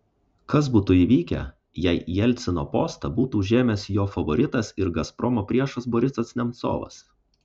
kas būtų įvykę jei jelcino postą būtų užėmęs jo favoritas ir gazpromo priešas borisas nemcovas